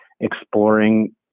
exploring